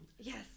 Yes